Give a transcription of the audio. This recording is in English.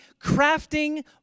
crafting